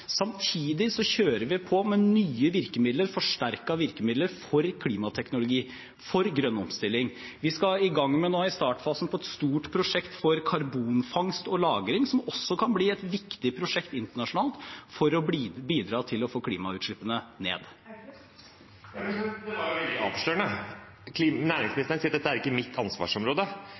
Samtidig kjører vi på med nye forsterkede virkemidler for klimateknologi og grønn omstilling. Vi skal nå i gang med og er i startfasen på et stort prosjekt for karbonfangst og -lagring, som også kan bli et viktig prosjekt internasjonalt for å bidra til å få klimautslippene ned. Åsmund Aukrust – til oppfølgingsspørsmål. Det var veldig avslørende. Næringsministeren sier: Dette er ikke mitt ansvarsområde.